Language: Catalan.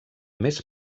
més